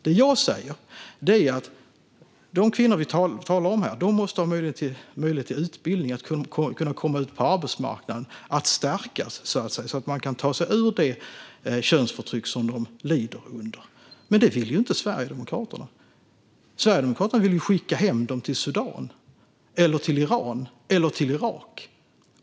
De kvinnor vi talar om här måste, enligt mig, ha möjlighet till utbildning och att kunna komma ut på arbetsmarknaden - att så att säga stärkas - så att de kan ta sig ur det könsförtryck som de lider under. Men detta vill inte Sverigedemokraterna. De vill skicka hem dem till Sudan, Iran eller Irak.